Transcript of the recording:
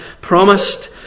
promised